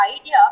idea